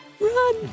run